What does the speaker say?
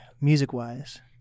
music-wise